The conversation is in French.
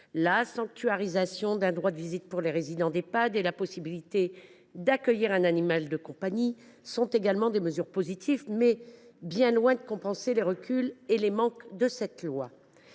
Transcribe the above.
la sanctuarisation d’un droit de visite pour les résidents des Ehpad et à la possibilité d’accueillir un animal de compagnie. Toutefois, ces dispositions sont bien loin de compenser les reculs et les manques de ce texte.